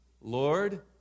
Lord